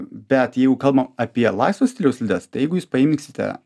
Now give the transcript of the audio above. bet jeigu kalbam apie laisvo stiliaus slides tai jeigu jūs paimsite